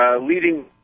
leading